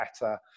better